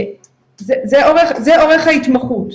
זה אורך ההתמחות.